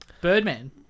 Birdman